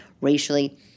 racially